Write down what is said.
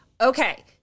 okay